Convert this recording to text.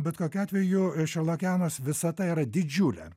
bet kokiu atveju a šerlokenos visata yra didžiulė